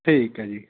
ਠੀਕ ਹੈ ਜੀ